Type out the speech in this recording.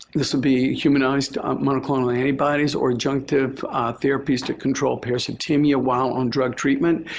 this will be humanized monoclonal antibodies or adjunctive therapies to control parasitemia while on drug treatment.